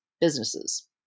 businesses